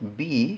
B